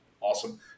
awesome